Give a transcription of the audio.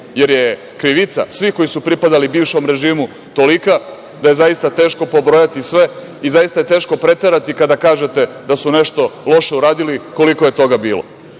jer je krivica svih koji su pripadali bivšem režimu tolika da je zaista teško pobrojati sve i zaista je teško preterati kada kažete da su nešto loše uradili koliko je toga bilo.